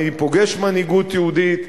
אני פוגש מנהיגות יהודית,